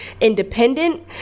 independent